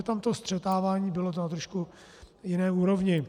Tam to střetávání bylo na trošku jiné úrovni.